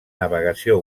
navegació